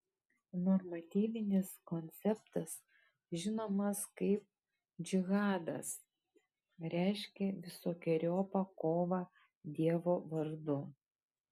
normatyvinis konceptas žinomas kaip džihadas reiškia visokeriopą kovą dievo vardu